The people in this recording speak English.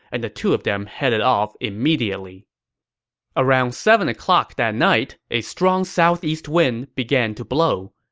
and the two of them headed off immediately around seven o'clock that night, a strong southeast wind began to blow,